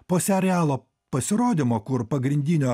po serialo pasirodymo kur pagrindinio